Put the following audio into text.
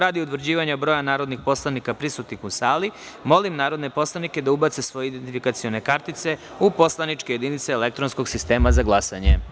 Radi utvrđivanja broja narodnih poslanika prisutnih u sali, molim narodne poslanike da ubacite svoje kartice u poslaničke jedinice elektronskog sistema za glasanje.